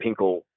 Pinkle